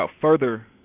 further